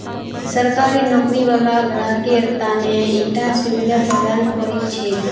सरकारी नौकरी वाला ग्राहकेर त न ईटा सुविधा प्रदान करील छेक